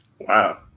Wow